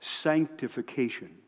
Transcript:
sanctification